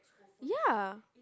ya